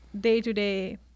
day-to-day